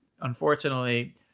Unfortunately